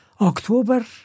October